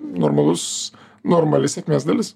normalus normali sėkmės dalis